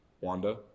Wanda